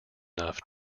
enough